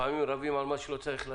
לפעמים רבים על מה שלא צריך.